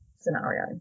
scenario